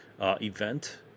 event